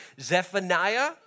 Zephaniah